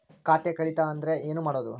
ಖಾತೆ ಕಳಿತ ಅಂದ್ರೆ ಏನು ಮಾಡೋದು?